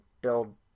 build